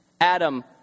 Adam